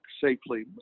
safely